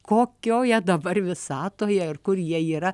kokioje dabar visatoje ir kur jie yra